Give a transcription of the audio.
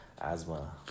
Asthma